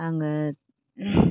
आङो